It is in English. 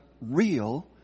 real